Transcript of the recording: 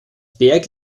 berg